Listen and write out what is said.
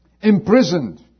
imprisoned